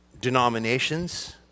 denominations